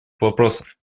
вопросов